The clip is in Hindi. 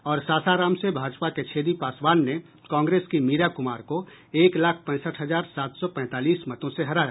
और सासाराम से भाजपा के छेदी पासवान ने कांग्रेस की मीरा कुमार को एक लाख पैंसठ हजार सात सौ पैंतालीस मतों से हराया